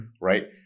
right